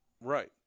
right